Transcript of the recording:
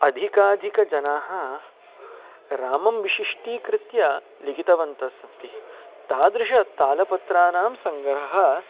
अधिकाधिकजनाः रामं विशिष्टीकृत्य लिखितवन्तस्सन्ति तादृशानां तालपत्राणां सङ्ग्रहः